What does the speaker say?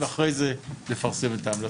ואחרי זה לפרסם את ההמלצות.